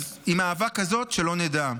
אז עם אהבה כזאת, שלא נדע.